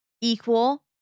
equal